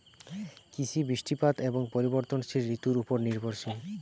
কৃষি বৃষ্টিপাত এবং পরিবর্তনশীল ঋতুর উপর নির্ভরশীল